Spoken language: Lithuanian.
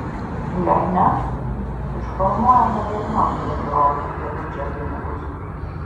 jei ne išformuojame velniop bendrovę ėdančią pinigus